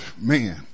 Man